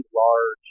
large